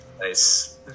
Nice